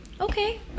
Okay